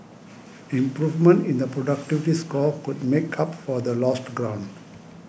improvement in the productivity score could make up for the lost ground